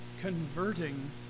converting